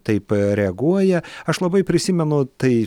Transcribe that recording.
taip reaguoja aš labai prisimenu tai